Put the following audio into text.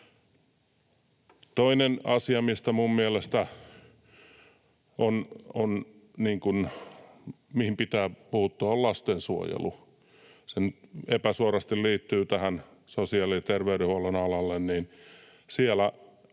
Toinen asia, mihin mielestäni pitää puuttua, on lastensuojelu. Se epäsuorasti liittyy tähän sosiaali- ja terveydenhuollon alalle.